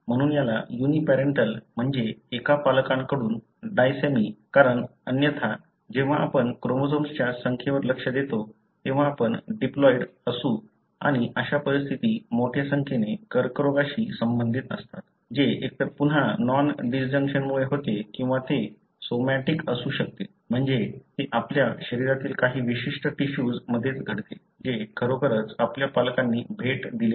म्हणून याला युनीपॅरेंटल म्हणजे एका पालकांकडून डायसॅमी कारण अन्यथा जेव्हा आपण क्रोमोझोम्सच्या संख्येवर लक्ष देतो तेव्हा आपण डिप्लॉइड् असू आणि अशा परिस्थिती मोठ्या संख्येने कर्करोगाशी संबंधित असतात जे एकतर पुन्हा नॉन डिसजंक्शनमुळे होते किंवा ते सोमॅटीक असू शकते म्हणजे ते आपल्या शरीरातील काही विशिष्ट टिशूज मध्येच घडते जे खरोखरच आपल्या पालकांनी भेट दिले नाही